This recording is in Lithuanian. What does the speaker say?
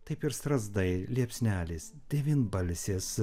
taip ir strazdai liepsnelės devynbalsės